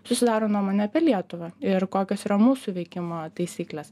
susidaro nuomonė apie lietuvą ir kokios yra mūsų veikimo taisyklės